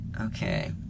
Okay